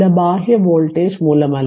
ചില ബാഹ്യ വോൾട്ടേജ് മൂലമല്ല